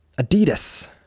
Adidas